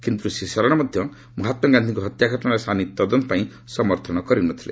କିନ୍ତୁ ଶ୍ରୀ ଶରଣ ମଧ୍ୟ ମହାତ୍ରାଗାନ୍ଧିଙ୍କ ହତ୍ୟା ଘଟଣାର ସାନି ତଦନ୍ତ ପାଇଁ ସମର୍ଥନ କରି ନ ଥିଲେ